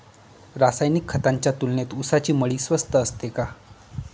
रासायनिक खतांच्या तुलनेत ऊसाची मळी स्वस्त असते का?